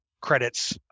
credits